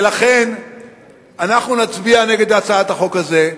ולכן אנחנו נצביע נגד הצעת החוק הזאת,